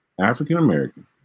african-american